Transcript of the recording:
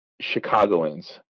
Chicagoans